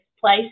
place